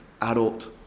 adult